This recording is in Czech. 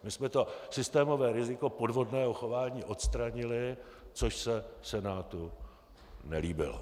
My jsme to systémové riziko podvodného chování odstranili, což se Senátu nelíbilo.